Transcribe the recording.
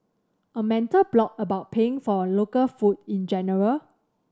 a mental block about paying for local food in general